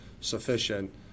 sufficient